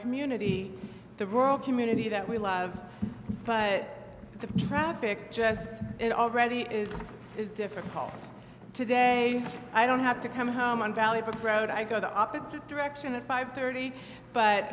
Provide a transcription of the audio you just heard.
community the rural community that we love but the traffic just it already is difficult today i don't have to come home on valley brode i go the opposite direction at five thirty but